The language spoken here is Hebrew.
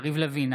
יריב לוין,